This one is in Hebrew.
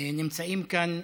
נמצאים כאן